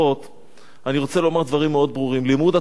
אני רוצה לומר דברים מאוד ברורים: לימוד התורה הוא בנפשנו,